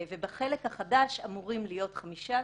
בחלק החדש אמורים להיות 15 פרקליטים.